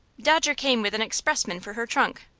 dodger came with an expressman for her trunk.